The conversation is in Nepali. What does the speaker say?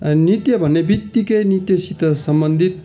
नृत्य भन्ने बित्तिकै नृत्यसित सम्बन्धित